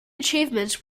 achievements